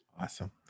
Awesome